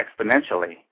exponentially